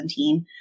2017